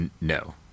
No